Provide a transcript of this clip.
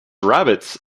rabbits